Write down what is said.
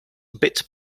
bit